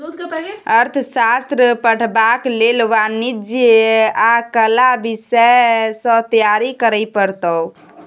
अर्थशास्त्र पढ़बाक लेल वाणिज्य आ कला विषय सँ तैयारी करय पड़तौ